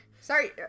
sorry